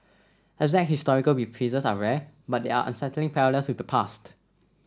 exact historical reprises are rare but there are unsettling parallels with the past